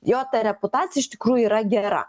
jo ta reputacija iš tikrųjų yra gera